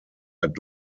hat